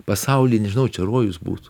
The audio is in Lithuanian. pasauly nežinau čia rojus būtų